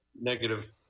negative